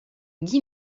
guy